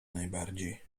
najbardziej